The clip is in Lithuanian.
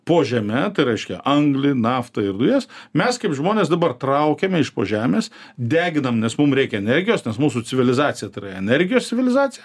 po žeme tai reiškia anglį naftą ir dujas mes kaip žmonės dabar traukiame iš po žemės deginam nes mum reikia energijos nes mūsų civilizacija tai yra energijos civilizacija